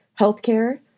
healthcare